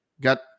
got